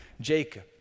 Jacob